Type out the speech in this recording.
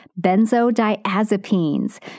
benzodiazepines